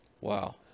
Wow